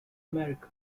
america